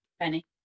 Penny